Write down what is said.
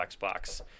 Xbox